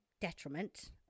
detriment